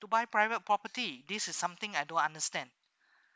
to buy private property this is something I don't understand